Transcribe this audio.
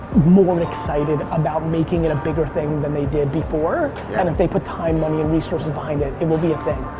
more excited about making it a bigger thing than they did before. yeah. and if they put time, money and resources behind it, it will be a thing.